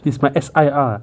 he's my S_I_R